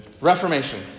Reformation